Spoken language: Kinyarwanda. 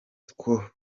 two